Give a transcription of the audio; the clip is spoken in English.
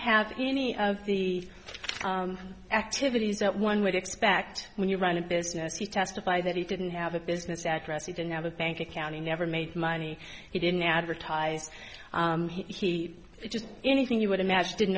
have any of the activities that one would expect when you run a business he testified that he didn't have a business address he didn't have a bank account he never made money he didn't advertise he just anything you would imagine didn't